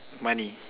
money